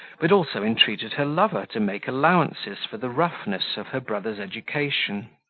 but also entreated her lover to make allowances for the roughness of her brother's education.